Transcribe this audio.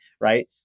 right